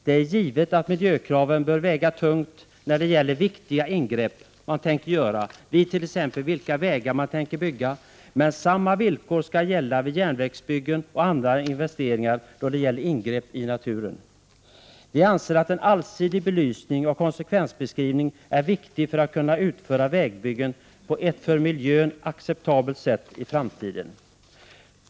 Det är givet att miljökraven bör väga tungt när det gäller vilka ingrepp man tänker göra och vilka vägar man tänker bygga, men samma villkor skall gälla vid järnvägsbyggen och andra investeringar då det gäller ingrepp i naturen. Vi anser att en allsidig belysning och konsekvensbeskrivningar är viktiga för att vi i framtiden skall kunna utföra vägbyggen på ett för miljön acceptabelt sätt.